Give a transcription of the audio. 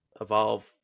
evolve